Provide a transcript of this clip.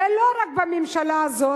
ולא רק בממשלה הזאת,